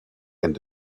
and